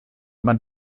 man